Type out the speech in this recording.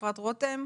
אפרת רותם?